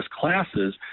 classes